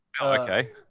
Okay